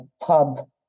pub